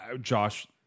Josh